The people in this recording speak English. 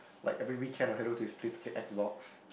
like every weekend I had to go to his place to play X-box